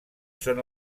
són